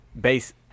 base